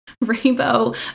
rainbow